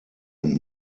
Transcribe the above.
und